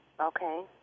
Okay